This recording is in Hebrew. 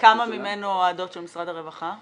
כמה ממנו הועדות של משרד הרווחה?